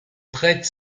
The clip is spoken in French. prête